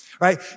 right